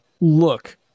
look